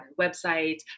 websites